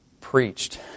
preached